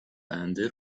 بنده